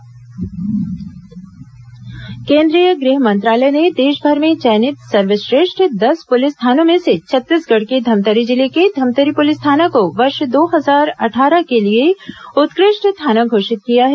Dhamtari police award केन्द्रीय गृह मंत्रालय ने देशभर में चयनित सर्वश्रेष्ठ दस पुलिस थानों में से छत्तीसगढ़ के धमतरी जिले के धमतरी पुलिस थाना को वर्ष दो हजार अट्ठारह के लिए उत्कृष्ट थाना घोषित किया है